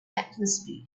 atmosphere